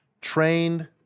trained